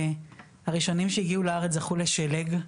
הראשונים שהגיעו לארץ זכו לשלג,